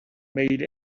made